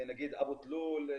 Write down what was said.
נגיד אבו תלול,